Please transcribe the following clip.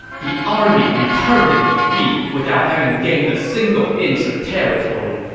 the army returned in defeat without having gained a single inch of territory.